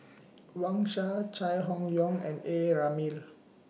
Wang Sha Chai Hon Yoong and A Ramli